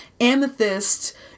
Amethyst